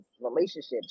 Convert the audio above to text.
relationships